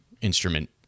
instrument